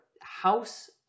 house